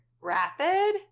rapid